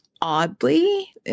oddly